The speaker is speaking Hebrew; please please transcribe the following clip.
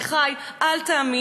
אביחי, אל תאמין.